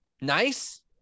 nice